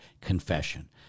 Confession